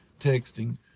texting